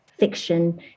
fiction